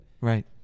Right